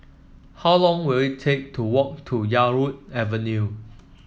how long will it take to walk to Yarwood Avenue